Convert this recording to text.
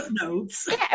notes